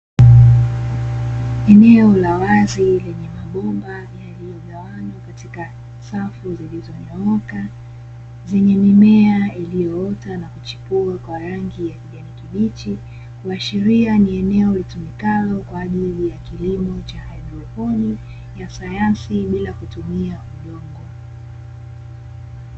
Eneo la wazi lenye mabomba yaliyogawanywa katika safu zilizonyooka; zenye mimea iliyoota na kuchipua kwa rangi ya kijani kibichi, kuashiria ni eneo litumikalo kwa ajili ya kilimo cha haidroponi, ya sayansi bila kutumia udongo.